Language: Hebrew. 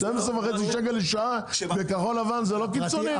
12.5 שקל לשעה בכחול לבן זה לא קיצוני?